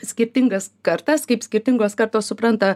skirtingas kartas kaip skirtingos kartos supranta